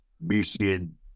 mission